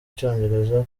icyongereza